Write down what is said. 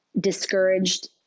discouraged